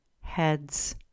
heads